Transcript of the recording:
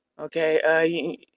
Okay